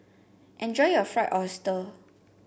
enjoy your Fried Oyster